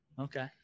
Okay